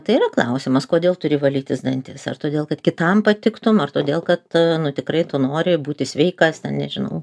tai yra klausimas kodėl turi valytis dantis ar todėl kad kitam patiktum ar todėl kad tikrai tu nori būti sveikas ten nežinau